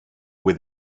with